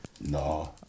No